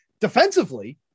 defensively